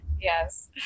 yes